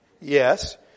Yes